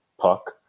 puck